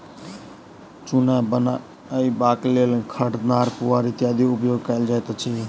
जुन्ना बनयबाक लेल खढ़, नार, पुआर इत्यादिक उपयोग कयल जाइत अछि